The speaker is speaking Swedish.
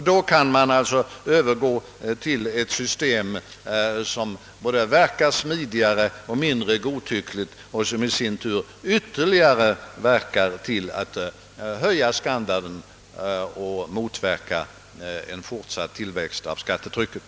Då kan vi övergå till ett system som verkar både smidigare och mindre godtyckligt och som i sin tur bidrar till att höja levnadsstandarden och motverka en fortsatt tillväxt av skattetrycket.